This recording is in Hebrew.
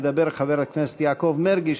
ידבר חבר הכנסת יעקב מרגי,